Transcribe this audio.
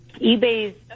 eBay's